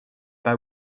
pas